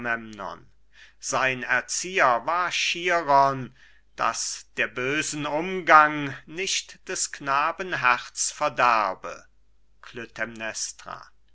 sein erzieher war chiron deß der bösen umgang nicht des knaben herz verderbe